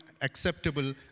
acceptable